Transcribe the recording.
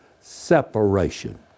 separation